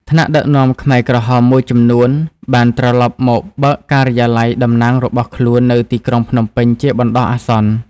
ថ្នាក់ដឹកនាំខ្មែរក្រហមមួយចំនួនបានត្រឡប់មកបើកការិយាល័យតំណាងរបស់ខ្លួននៅទីក្រុងភ្នំពេញជាបណ្ដោះអាសន្ន។